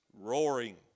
roaring